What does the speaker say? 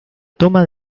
toma